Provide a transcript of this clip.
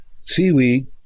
seaweed